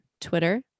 Twitter